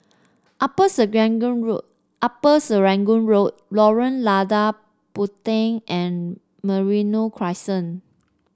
Upper Serangoon Road Upper Serangoon Road Lorong Lada Puteh and Merino Crescent